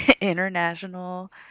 International